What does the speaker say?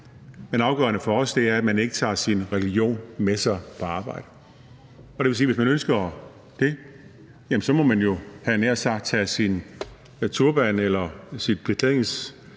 det afgørende for os er, at man ikke tager sin religion med sig på arbejde. Og det vil sige, at man, hvis man ønsker det, jo så, havde jeg nær sagt, må lægge sin turban eller sit religiøse